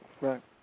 Right